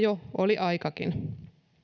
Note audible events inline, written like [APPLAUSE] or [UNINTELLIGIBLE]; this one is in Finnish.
[UNINTELLIGIBLE] jo oli aikakin